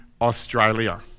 Australia